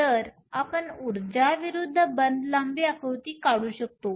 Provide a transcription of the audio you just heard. तर आपण उर्जा विरूद्ध बंध लांबी आकृती काढू शकतो